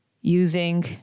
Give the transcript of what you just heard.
using